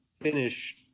finish